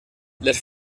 les